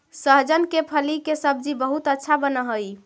सहजन के फली के सब्जी बहुत अच्छा बनऽ हई